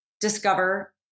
discover